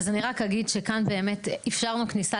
אז אני רק אגיד שכאן באמת אפשרנו כניסה